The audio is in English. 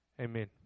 Amen